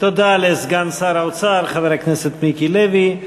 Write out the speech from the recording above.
תודה לסגן שר האוצר, חבר הכנסת מיקי לוי.